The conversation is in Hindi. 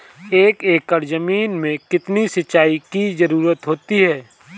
एक एकड़ ज़मीन में कितनी सिंचाई की ज़रुरत होती है?